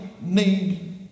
need